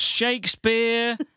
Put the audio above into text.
Shakespeare